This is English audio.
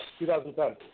2010